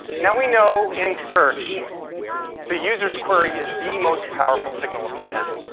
now we know in search the user's query is the most powerful signal of intent.